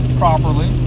properly